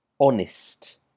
honest